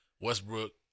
Westbrook